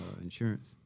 insurance